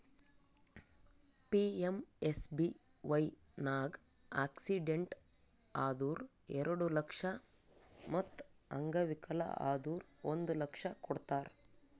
PMSBY ನಾಗ್ accident ಆದುರ್ ಎರಡು ಲಕ್ಷ ಮತ್ ಅಂಗವಿಕಲ ಆದುರ್ ಒಂದ್ ಲಕ್ಷ ಕೊಡ್ತಾರ್